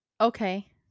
Okay